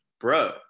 bro